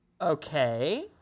Okay